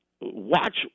watch